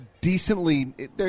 decently